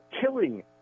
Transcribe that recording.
killing